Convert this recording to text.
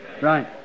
Right